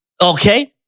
Okay